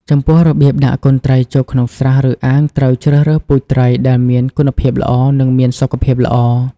ចំពោះរបៀបដាក់កូនត្រីចូលក្នុងស្រះ ឬអាងត្រូវជ្រើសរើស ពូជត្រី ដែលមានគុណភាពល្អ និងមានសុខភាពល្អ។